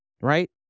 right